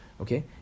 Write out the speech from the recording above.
Okay